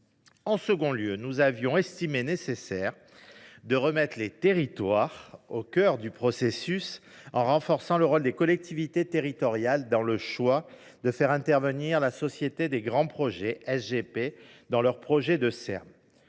avons considéré qu’il était nécessaire de remettre les territoires au cœur du processus, en renforçant le rôle des collectivités territoriales dans le choix de faire intervenir la Société des grands projets (SGP) dans leurs projets de Serm.